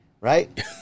right